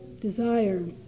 desire